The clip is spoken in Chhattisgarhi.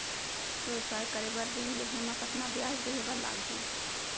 व्यवसाय करे बर ऋण लेहे म कतना ब्याज देहे बर लागही?